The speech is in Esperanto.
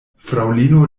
fraŭlino